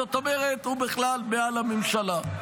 זאת אומרת, הוא בכלל מעל הממשלה.